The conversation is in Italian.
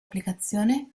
applicazione